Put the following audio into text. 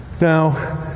now